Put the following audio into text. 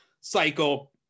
cycle